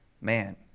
man